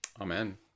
amen